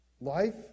Life